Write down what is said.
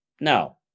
no